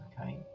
Okay